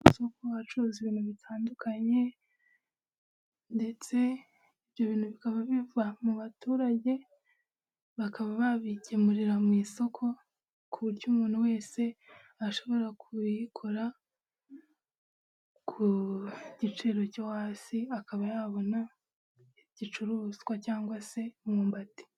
Amasoko acuruza ibintu bitandukanye ndetse ibyo bintu bikaba biva mu baturage, bakaba babigemurira mu isoko, ku buryo umuntu wese ashobora kubikora, ku giciro cyo hasi akaba yabona igicuruzwa cyangwa se imyumbati.